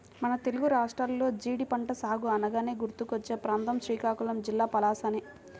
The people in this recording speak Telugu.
మన తెలుగు రాష్ట్రాల్లో జీడి పంట సాగు అనగానే గుర్తుకొచ్చే ప్రాంతం శ్రీకాకుళం జిల్లా పలాసనే